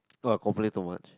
oh I complain too much